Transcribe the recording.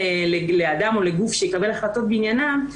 לאדם או לגוף שיקבל החלטות בעניינם,